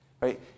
Right